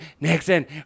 Nixon